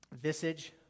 visage